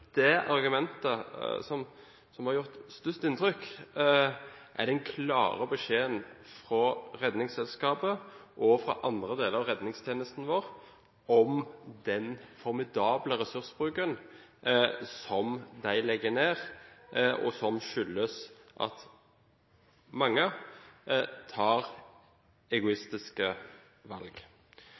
som har gjort størst inntrykk, den klare beskjeden fra Redningsselskapet og andre deler av redningstjenesten vår om den formidable ressursbruken de legger ned, som skyldes at mange tar egoistiske valg.